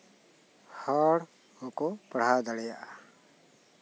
ᱟᱨ ᱦᱚᱸᱠᱚ ᱯᱟᱲᱦᱟᱣ ᱫᱟᱲᱮᱭᱟᱜᱼᱟ